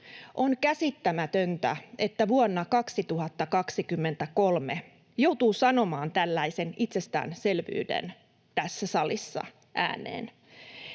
On käsittämätöntä, että vuonna 2023 joutuu sanomaan tällaisen itsestäänselvyyden tässä salissa ääneen.